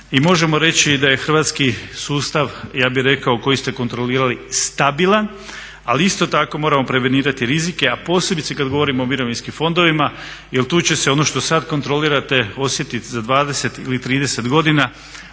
možemo reći da je hrvatski sustav, ja bih rekao koji ste kontrolirali stabilan ali isto tako moramo prevenirati rizike a posebice kad govorimo o mirovinskim fondovima jer tu će se ono što sad kontrolirate osjetiti za 20 ili 30 godina